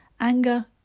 Anger